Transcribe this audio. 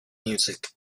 music